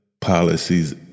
policies